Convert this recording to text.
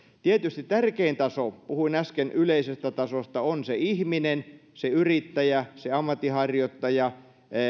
tietysti tärkein taso puhuin äsken yleisestä tasosta on se ihminen se yrittäjä se ammatinharjoittaja